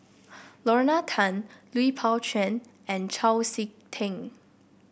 Lorna Tan Lui Pao Chuen and Chau SiK Ting